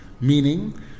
meaning